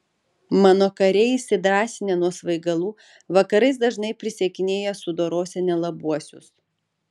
mano kariai įsidrąsinę nuo svaigalų vakarais dažnai prisiekinėja sudorosią nelabuosius